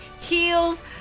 heels